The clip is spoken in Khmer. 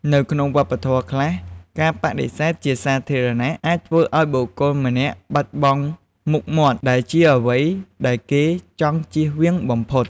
នៅក្នុងវប្បធម៌ខ្លះ ការបដិសេធជាសាធារណៈអាចធ្វើឲ្យបុគ្គលម្នាក់បាត់បង់មុខមាត់ ដែលជាអ្វីដែលគេចង់ជៀសវាងបំផុត។